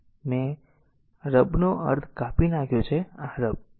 તેથી મેં રબનો અર્થ કાપી નાખ્યો આ રબ